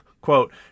quote